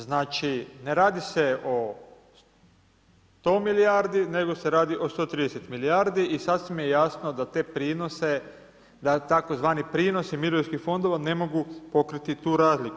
Znači, ne radi se o 100 milijardi, nego se radi o 130 milijardi i sasvim je jasno da te prinose, da tzv. prinosi mirovinskih fondova ne mogu pokriti tu razliku.